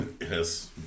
Yes